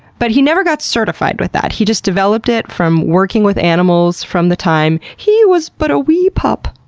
but he never got certified with that, he just developed it from working with animals from the time he was but a wee pup.